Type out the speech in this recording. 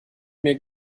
mir